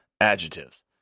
adjectives